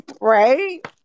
right